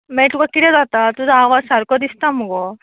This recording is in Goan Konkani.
मागी तुका किदें जाता तुजो आवाज सारको दिसता मुगो